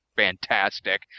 fantastic